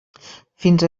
fins